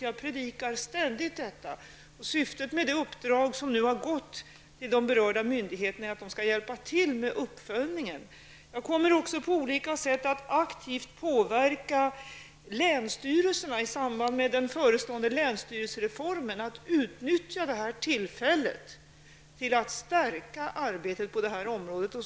Jag predikar ständigt att detta är syftet med det uppdrag som nu har givits de myndigheter som skall hjälpa till med uppföljningen. Jag kommer också på olika sätt att aktivt påverka länsstyrelserna i samband med den förestående länsstyrelsereformen att utnyttja detta tillfälle att stärka arbetet på det här området.